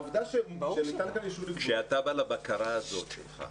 העובדה שניתן כאן אישור לגבות --- כשאתה בא לבקרה הזאת שלך,